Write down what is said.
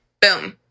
boom